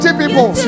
people